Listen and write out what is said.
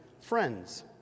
friends